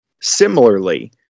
Similarly